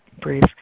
brief